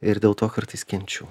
ir dėl to kartais kenčiu